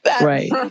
Right